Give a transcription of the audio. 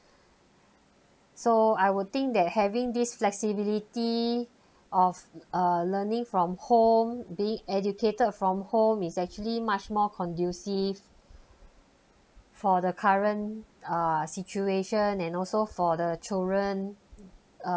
so I would think that having this flexibility of uh learning from home being educated from home is actually much more conducive for the current uh situation and also for the children uh